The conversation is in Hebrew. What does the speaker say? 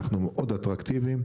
אנחנו מאוד אטרקטיביים,